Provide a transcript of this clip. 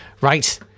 right